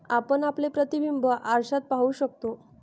आपण आपले प्रतिबिंब आरशात पाहू शकतो